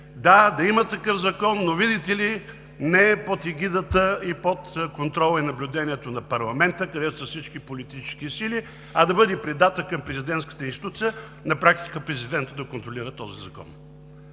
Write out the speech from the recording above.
да, да има такъв закон, но, видите ли, не под егидата и под контрола и наблюдението на парламента, където са всички политически сили, а да бъде придатък към президентската институция, на практика президентът да контролира този закон.